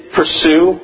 pursue